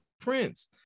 Prince